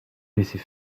laisser